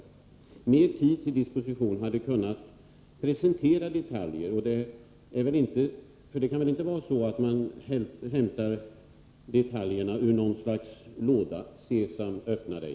Med mer tid till disposition hade man kunnat presentera detaljer. Det kan väl inte vara så att man hämtar detaljerna ur någon sorts låda: Sesam öppna dig!